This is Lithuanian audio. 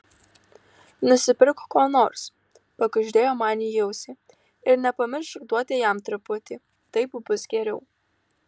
nusipirk ko nors pakuždėjo man į ausį ir nepamiršk duoti jam truputį taip bus geriau